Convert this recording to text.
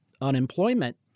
unemployment